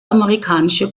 amerikanische